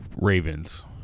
Ravens